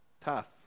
tough